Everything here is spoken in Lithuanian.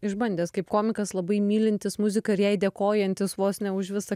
išbandęs kaip komikas labai mylintis muziką ir jai dėkojantis vos ne už visa